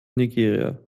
nigeria